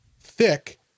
Thick